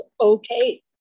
okay